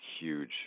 huge